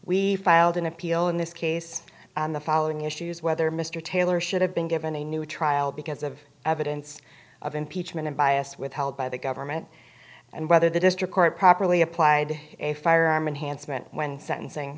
we filed an appeal in this case the following issues whether mr taylor should have been given a new trial because of evidence of impeachment and bias withheld by the government and whether the district court properly applied a firearm enhanced meant when sentencing